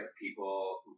people